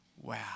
Wow